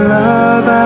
love